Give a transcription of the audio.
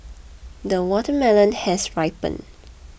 the watermelon has ripened